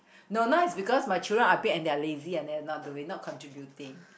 no now is because my children are big and they are lazy and they are not doing not contributing